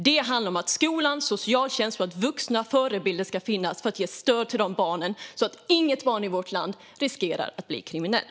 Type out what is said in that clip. Det handlar om att skola, socialtjänst och vuxna förebilder ska finnas för att ge stöd till dessa barn så att inget barn i vårt land riskerar att bli kriminell.